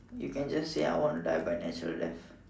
you can just say I want to die by natural death